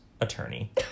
attorney